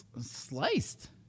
sliced